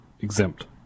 exempt